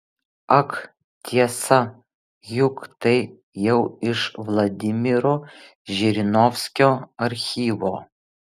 ak tiesa juk tai jau iš vladimiro žirinovskio archyvo